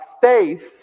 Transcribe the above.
faith